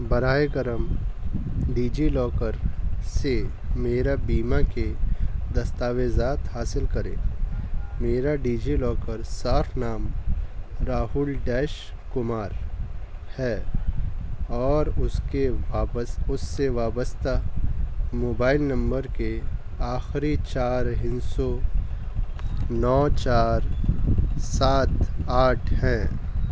برائے کرم DigiLocker سے میرا بیمہ کے دستاویزات حاصل کریں میرا ڈجی لاکر صارف نام راہل ڈیش کمار ہے اور اس کے اس سے وابستہ موبائل نمبر کے آخری چار ہندسوں نو چار سات آٹھ ہیں